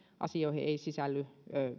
asioihin ei sisälly